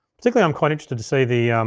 particularly, i'm quite interested to see the,